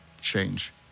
change